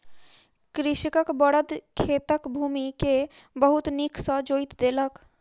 कृषकक बड़द खेतक भूमि के बहुत नीक सॅ जोईत देलक